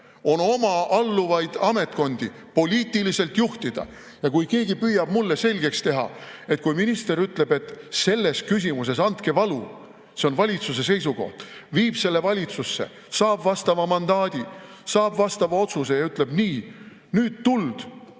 on oma alluvaid ametkondi poliitiliselt juhtida. Ja kui keegi püüab mulle selgeks teha, et kui minister ütleb, et selles küsimuses andke valu, see on valitsuse seisukoht, viib selle valitsusse, saab vastava mandaadi, saab vastava otsuse ja ütleb: nii, nüüd tuld